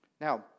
Now